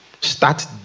start